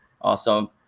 Awesome